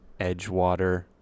Edgewater